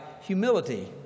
humility